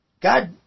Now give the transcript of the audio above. God